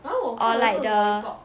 or like the